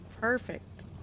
Perfect